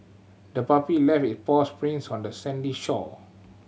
the puppy left it paw sprints on the sandy shore